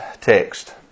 text